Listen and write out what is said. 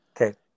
okay